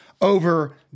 over